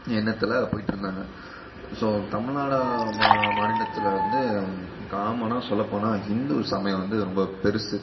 எண்ணத்தில் போயிட்டிடுருந்தாங்க ஸோ தமிழ்நாடு மா மாநிலத்தில் வந்து காமனாக சொல்லப்போனால் ஹிந்து சமயம் வந்து ரொம்ப பெரிசு